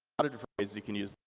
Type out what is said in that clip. lot of different ways you can use